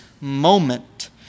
moment